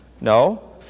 No